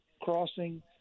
crossing